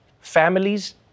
families